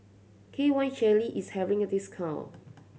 K Y Jelly is having a discount